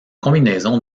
combinaison